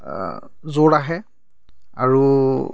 আ জোৰ আহে আৰু